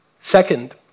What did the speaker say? Second